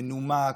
מנומק,